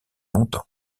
longtemps